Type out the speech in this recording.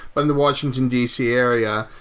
but in the washington, d c area,